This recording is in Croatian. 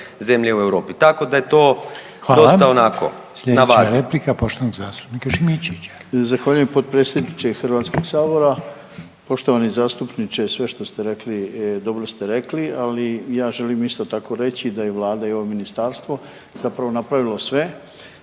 zemlje u Europi, tako da je to dosta onako na vazi. **Reiner, Željko (HDZ)** Hvala. Sljedeća je replika poštovanog zastupnika Šimičevića. **Šimičević, Rade (HDZ)** Zahvaljujem potpredsjedniče HS-a. Poštovani zastupniče, sve što ste rekli dobro ste rekli, ali ja želim isto tako reći da je vlada i ovo ministarstvo zapravo napravilo sve